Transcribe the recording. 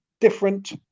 different